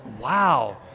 Wow